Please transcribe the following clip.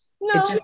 No